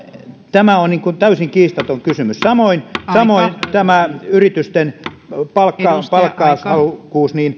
tämä on täysin kiistaton kysymys samoin tämä tämä yritysten palkkaushalukkuus